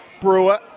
Brewer